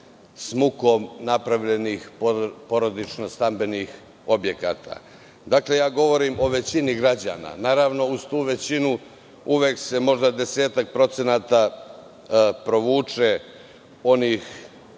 s mukom napravljenih porodično-stambenih objekata. Dakle, govorim o većini građana. Naravno, uz tu većinu uvek se možda provuče 10% onih